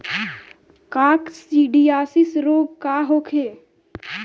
काकसिडियासित रोग का होखे?